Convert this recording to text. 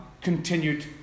continued